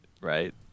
right